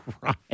Right